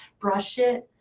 brush it.